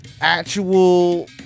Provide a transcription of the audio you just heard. actual